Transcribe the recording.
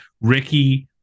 Ricky